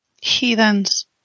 Heathens